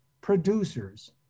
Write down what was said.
producers